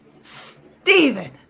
Steven